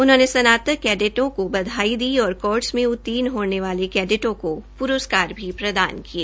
उन्होंने स्नातक कैडेटों को बधाई दी और कोर्स में उत्तीण होने वाले कैडेटों को पुरस्कार भी प्रदान किए